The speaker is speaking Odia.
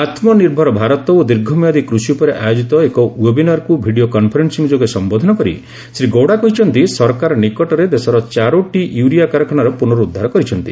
ଆତ୍ମ ନିର୍ଭର ଭାରତ ଓ ଦୀର୍ଘମିଆଦି କୂଷି ଉପରେ ଆୟୋଜିତ ଏକ ୱେବିନାରକୁ ଭିଡିଓ କନ୍ଫରେନ୍ସିଂ ଯୋଗେ ସମ୍ବୋଧନ କରି ଶ୍ରୀ ଗୌଡା କହିଛନ୍ତି ସରକାର ନିକଟରେ ଦେଶର ଚାରୋଟି ୟୁରିଆ କାରଖାନାର ପୁନରୁଦ୍ଧାର କରିଛନ୍ତି